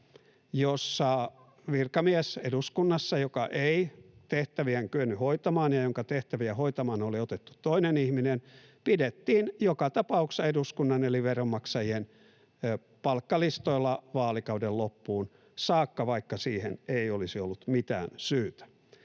jossa eduskunnan virkamies, joka ei tehtäviään kyennyt hoitamaan ja jonka tehtäviä hoitamaan oli otettu toinen ihminen, pidettiin joka tapauksessa eduskunnan eli veronmaksajien palkkalistoilla vaalikauden loppuun saakka, vaikka siihen ei olisi ollut mitään syytä.